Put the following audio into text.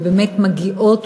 ובאמת מגיעות,